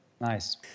nice